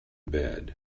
bed